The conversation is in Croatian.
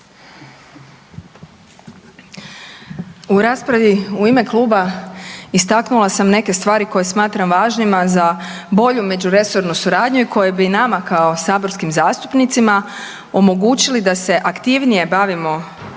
U raspravi u ime kluba istaknula sam neke stvari koje smatram važnima za bolju međuresornu suradnju koje bi nama kao saborskim zastupnicima omogućili da se aktivnije bavimo